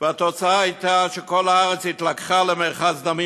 והתוצאה הייתה שכל הארץ התלקחה למרחץ דמים,